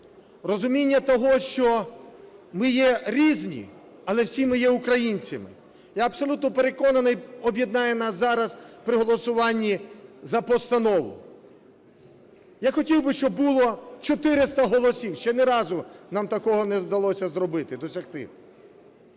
розуміння того, що ми є різні, але всі ми є українцями, я абсолютно переконаний, об'єднає нас зараз при голосуванні за постанову. Я хотів би, щоб було 400 голосів. Ще ні разу нам такого не вдалося зробити, досягти.